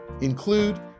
Include